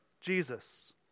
Jesus